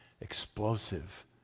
explosive